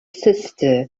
sister